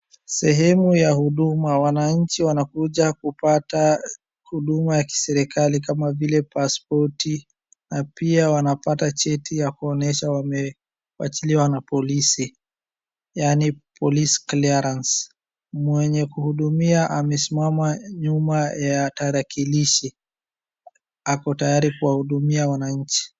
Sehemu ya huduma, wanachi wanakuja kupata huduma ya kiserikali kama vile paspoti na pia wanapata cheti ya kuonesha wamewachiliwa na polisi yaani police clearance , mwenye kuhudumia amesimama nyuma ya tarakilishi ako tayari kuwahudumia wananchi.